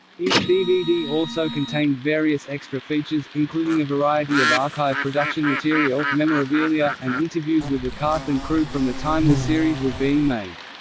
each dvd also contained various extra features, including a variety of archive production material, memorabilia, and interviews with the cast and crew from the time the series was being made.